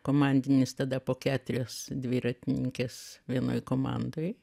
komandinis tada po keturias dviratininkes vienoj komandoj